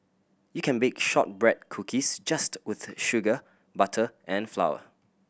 you can bake shortbread cookies just with sugar butter and flour